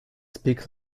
speak